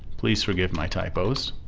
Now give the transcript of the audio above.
please forgive my typos